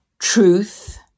truth